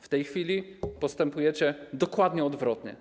W tej chwili postępujecie dokładnie odwrotnie.